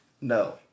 No